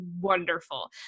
wonderful